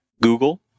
Google